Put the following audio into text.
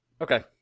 Okay